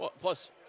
Plus